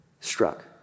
struck